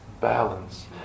balance